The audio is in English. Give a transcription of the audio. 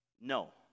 no